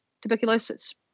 tuberculosis